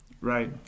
Right